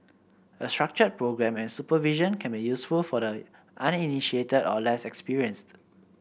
a structured programme and supervision can be useful for the uninitiated or less experienced